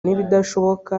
n’ibidashoboka